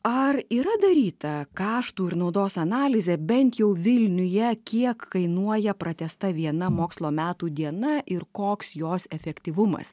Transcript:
ar yra daryta kaštų ir naudos analizė bent jau vilniuje kiek kainuoja pratęsta viena mokslo metų diena ir koks jos efektyvumas